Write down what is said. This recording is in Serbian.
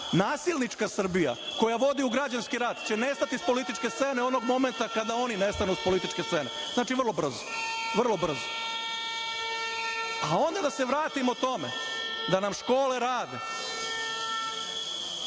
nasilnička Srbija, koja vodi u građanski rat, će nestati sa političke scene onog momenta kada oni nestanu sa političke scene, znači, vrlo brzo. Onda da se vratimo tome da nam škole rade,